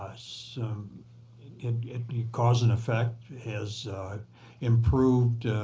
ah so and cause and effect has improved